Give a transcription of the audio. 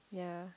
ya